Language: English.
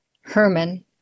Herman